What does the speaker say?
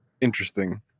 interesting